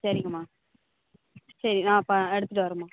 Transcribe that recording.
சரிங்கம்மா சரி நான் அப்போ எடுத்துகிட்டு வரேம்மா